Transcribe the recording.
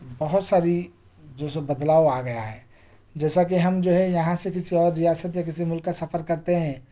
بہت ساری جو ہے سو بدلاؤ آ گیا ہے جیسا کہ ہم جو ہے یہاں سے کسی اور ریاست یا کسی ملک کا سفر کرتے ہیں